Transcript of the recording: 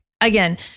Again